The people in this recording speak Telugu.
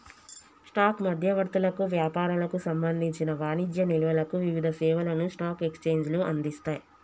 స్టాక్ మధ్యవర్తులకు, వ్యాపారులకు సంబంధించిన వాణిజ్య నిల్వలకు వివిధ సేవలను స్టాక్ ఎక్స్చేంజ్లు అందిస్తయ్